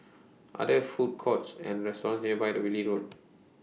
Are There Food Courts and restaurants nearby The Whitley Road